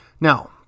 Now